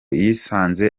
yisanze